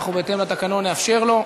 בהתאם לתקנון, אנחנו נאפשר לו.